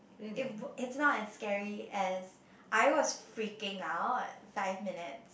it w~ it's not as scary as I was freaking out five minutes